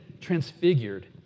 transfigured